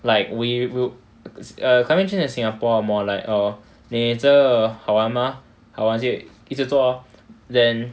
like we will climbing gyms in singapore are more like orh 你这个好玩吗 !huh! 好玩就一直做 lor then